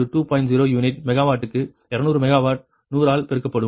0 unit மெகாவாட்டுக்கு 200 megawatt 100 ஆல் பெருக்கப்படும்